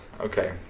Okay